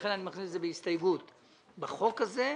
לכן אני מכניס את זה בהסתייגות בחוק הזה,